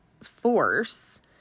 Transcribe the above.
force